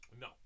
No